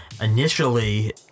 Initially